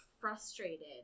frustrated